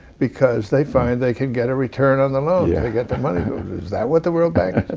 because they find they can get a return on the loans. yeah they get their money. is that what the world bank